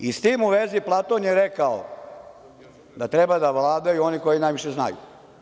S tim u vezi, Platon je rekao da treba da vladaju oni koji najviše znaju.